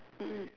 mm